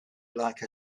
like